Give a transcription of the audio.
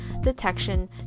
detection